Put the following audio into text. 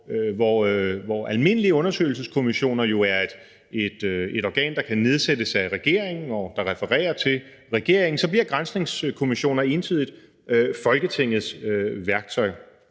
Hvor almindelige undersøgelseskommissioner jo er et organ, der kan nedsættes af regeringen, og som refererer til regeringen, så bliver granskningskommissioner entydigt Folketingets værktøj.